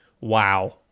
wow